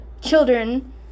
children